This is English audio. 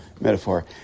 metaphor